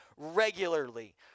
regularly